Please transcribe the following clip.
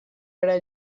era